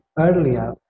earlier